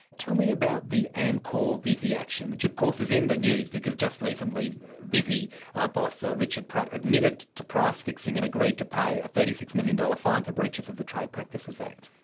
tell me about the amcor visy action, which of course is in the news, because just recently visy boss, richard pratt, admitted to price fixing and agreed to pay a thirty six million dollars fine for breaches of the trade practices act.